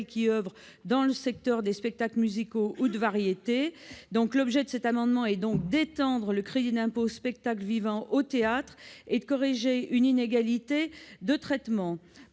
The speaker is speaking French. qui oeuvrent dans le secteur des spectacles musicaux ou de variétés. L'objet de cet amendement est donc d'étendre le crédit d'impôt spectacle vivant aux théâtres et de corriger une inégalité de traitement.